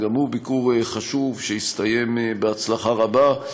גם הוא היה ביקור חשוב שהסתיים בהצלחה רבה.